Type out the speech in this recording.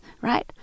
right